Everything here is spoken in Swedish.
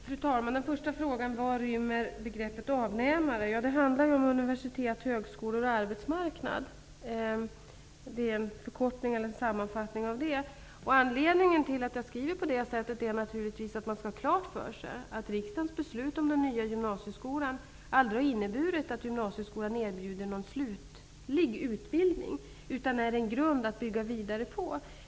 Fru talman! Den första frågan var vad begreppet gymnasieskolans avnämare inrymmer. Det handlar om universitet, högskolor och arbetsmarknad. Begreppet är en sammanfattning. Anledningen till att jag formulerar svaret så är att man skall ha klart för sig att riksdagens beslut om den nya gymnasieskolan aldrig har inneburit att gymnasieskolan erbjuder någon slutlig utbildning. Den är en grund att bygga vidare på.